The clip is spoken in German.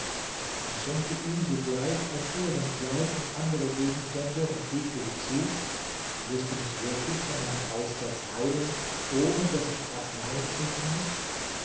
er schenkte ihm sogleich ein ehrenkleid und andere gegenstände und fügte hinzu wirst du mich wirklich von meinem aussatz heilen ohne daß ich arzneien trinken muß